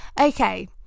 okay